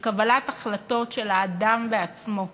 של קבלת החלטות של האדם בעצמו,